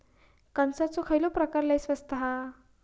कणसाचो खयलो प्रकार लय स्वस्त हा?